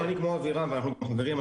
אני אגיד לך למה אני מזמין.